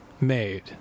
made